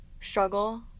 struggle